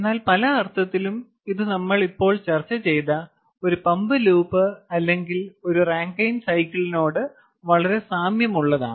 എന്നാൽ പല അർത്ഥത്തിലും ഇത് നമ്മൾ ഇപ്പോൾ ചർച്ച ചെയ്ത ഒരു പമ്പ് ലൂപ്പ് അല്ലെങ്കിൽ ഒരു റാങ്കിൻ സൈക്കിളിനോട് വളരെ സാമ്യമുള്ളതാണ്